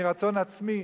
מרצון עצמי,